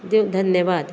देव धन्यवाद